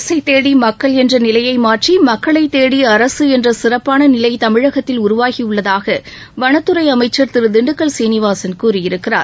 அரசை தேடி மக்கள் என்ற நிலையை மாற்றி மக்களை தேடி அரசு என்ற சிறப்பாள நிலை தமிழகத்தில் உருவாகியுள்ளதாக வனத்துறை அமைச்சள் திரு திண்டுக்கல் சீனிவாசன் கூறியிருக்கிறார்